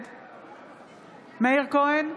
נגד מאיר כהן,